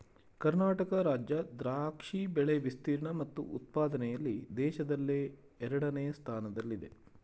ಕರ್ನಾಟಕ ರಾಜ್ಯ ದ್ರಾಕ್ಷಿ ಬೆಳೆ ವಿಸ್ತೀರ್ಣ ಮತ್ತು ಉತ್ಪಾದನೆಯಲ್ಲಿ ದೇಶದಲ್ಲೇ ಎರಡನೇ ಸ್ಥಾನದಲ್ಲಿದೆ